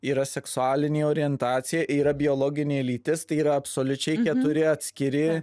yra seksualinė orientacija yra biologinė lytis tai yra absoliučiai keturi atskiri